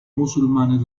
musulmanes